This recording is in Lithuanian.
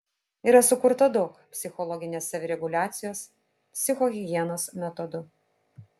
yra sukurta daug psichologinės savireguliacijos psichohigienos metodų